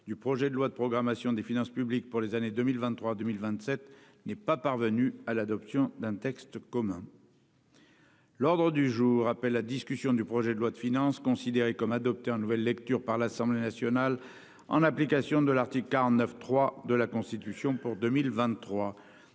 du projet de loi de programmation des finances publiques pour les années 2023 à 2027 n'est pas parvenue à l'adoption d'un texte commun. L'ordre du jour appelle la discussion du projet de loi de finances pour 2023, considéré comme adopté en nouvelle lecture par l'Assemblée nationale en application de l'article 49, alinéa 3, de la Constitution (projet